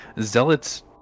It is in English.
Zealots